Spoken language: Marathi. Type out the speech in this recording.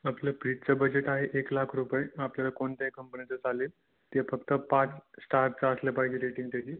आपल्या फ्रिजचं बजेट आहे एक लाख रुपये आपल्याला कोणत्याही कंपनीचा चालेल ते फक्त पाच स्टारचा असले पाहिजे रेटींग त्याची